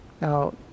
Now